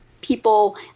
people